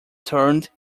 turned